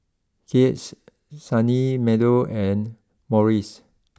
Kiehl's Sunny Meadow and Morries